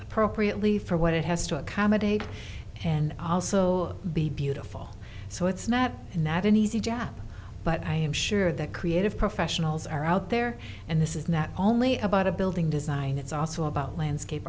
appropriately for what it has to accommodate and also be beautiful so it's not not an easy job but i am sure that creative professionals are out there and this is not only about a building design it's also about landscape